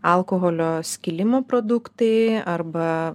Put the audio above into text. alkoholio skilimo produktai arba